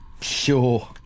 Sure